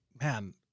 man